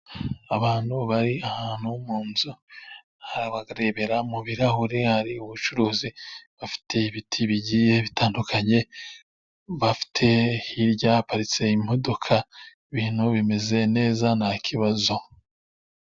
Abantu bari ahantu mu nzu barebera mu birahure. Hari ubucuruzi, bafite ibiti bigiye bitandukanye, bafite hirya haparitse imodoka ibintu bimeze neza nta kibazo.